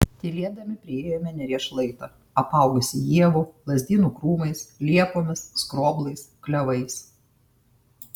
tylėdami priėjome neries šlaitą apaugusį ievų lazdynų krūmais liepomis skroblais klevais